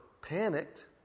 panicked